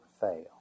fail